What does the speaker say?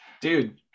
dude